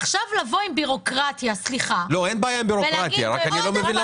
עכשיו לבוא עם בירוקרטיה, סליחה, ולהגיד עוד פעם